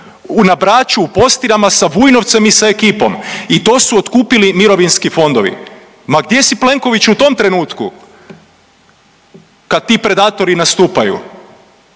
na Braču, u Postirama sa Vujnovcem i sa ekipom i to su otkupili mirovinski fondovi. Ma gdje si, Plenkoviću u tom trenutku kad ti predatori nastupaju?